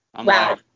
wow